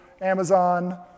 Amazon